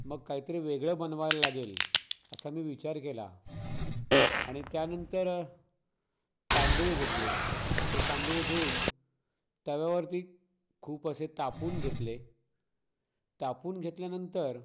मग काहीतरी वेगळं बनवायला लागेल असा मी विचार केला आणि त्यानंतर तांदूळ घेतले ते तांदूळ घेऊन तव्यावरती खूप असे तापून घेतले तापून घेतल्यानंतर